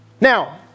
Now